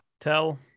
Tell